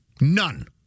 None